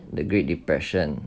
the great depression